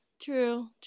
true